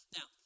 Now